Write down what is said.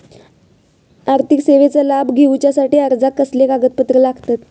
आर्थिक सेवेचो लाभ घेवच्यासाठी अर्जाक कसले कागदपत्र लागतत?